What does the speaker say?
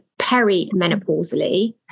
perimenopausally